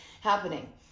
happening